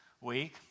week